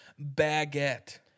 baguette